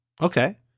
Okay